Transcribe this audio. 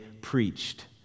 preached